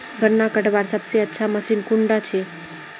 गन्ना कटवार सबसे अच्छा मशीन कुन डा छे?